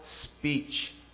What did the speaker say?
speech